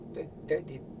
that that de~